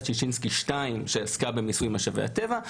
ששינסקי השנייה שעסקה במיסוי משאבי הטבע,